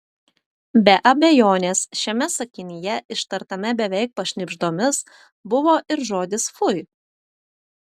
be abejonės šiame sakinyje ištartame beveik pašnibždomis buvo ir žodis fui